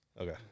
Okay